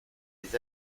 des